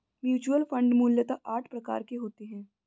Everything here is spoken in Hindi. म्यूच्यूअल फण्ड मूलतः आठ प्रकार के होते हैं